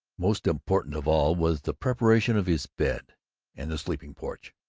most important of all was the preparation of his bed and the sleeping-porch.